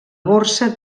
borsa